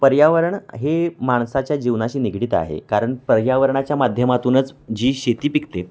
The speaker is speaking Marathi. पर्यावरण हे माणसाच्या जीवनाशी निगडीत आहे कारण पर्यावरणाच्या माध्यमातूनच जी शेती पिकते